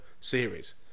series